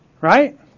right